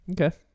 Okay